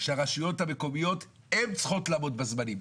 שהרשויות המקומיות צריכות לעמוד בזמנים.